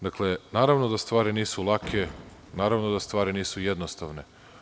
Dakle, naravno, da stvari nisu lake, naravno da stvari nisu jednostavne.